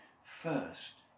first